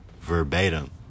verbatim